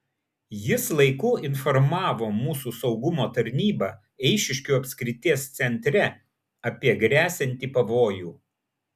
jis laiku informavo mūsų saugumo tarnybą eišiškių apskrities centre apie gresianti pavojų